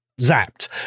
zapped